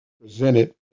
presented